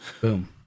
Boom